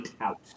out